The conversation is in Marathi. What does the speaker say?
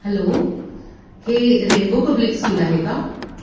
हॅलो हे रेन्बो पब्लिक स्कूल आहे का